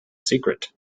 secret